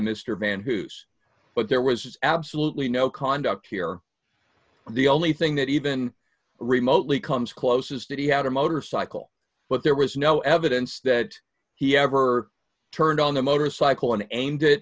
mr van whose but there was absolutely no conduct here and the only thing that even remotely comes close is that he had a motorcycle but there was no evidence that he ever turned on a motorcycle an aim